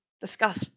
discuss